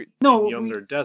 No